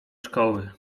szkoły